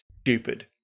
stupid